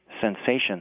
sensation